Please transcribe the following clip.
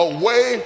away